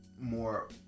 more